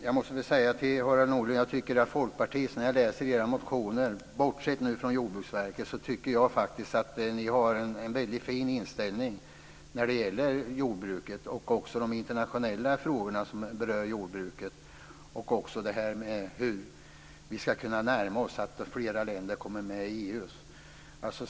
Jag tycker att Folkpartiet - bortsett nu från Jordbruksverket - har en väldigt fin inställning när det gäller jordbruket och också de internationella frågor som rör jordbruket, och hur vi ska kunna närma oss att flera länder kommer med i EU.